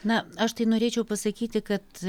na aš tai norėčiau pasakyti kad